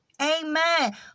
Amen